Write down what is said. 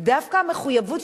אבל דווקא המחויבות,